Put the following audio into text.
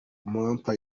mampa